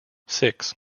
six